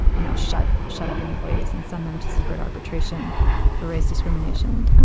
you know, shut shut up employees and send them to secret arbitration for race discrimination.